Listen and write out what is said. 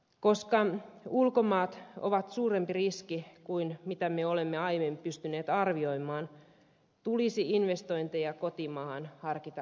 koska ulkomaat ovat suurempi riski kuin mitä me olemme aiemmin pystyneet arvioimaan tulisi investointeja kotimaahan harkita uudelleen